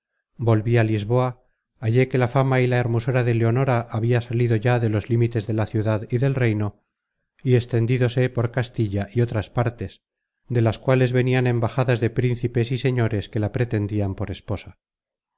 volví á lisboa hallé que la fama y hermosura de leonora habia salido ya de los límites de la ciudad y del reino y extendidose por castilla y otras partes de las cuales venian embajadas de principes y señores que la pretendian por esposa